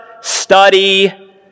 study